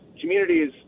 communities